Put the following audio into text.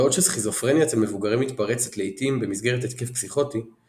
בעוד שסכיזופרניה אצל מבוגרים מתפרצת לעיתים במסגרת התקף פסיכוטי,